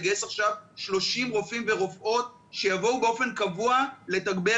לגייס עכשיו 30 רופאים ורופאות שיבואו באופן קבוע לתגבר